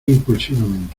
impulsivamente